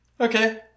Okay